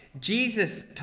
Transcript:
Jesus